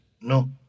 No